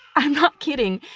i'm not kidding.